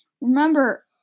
Remember